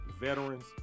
veterans